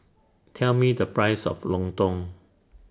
Tell Me The Price of Lontong